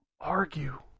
argue